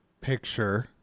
picture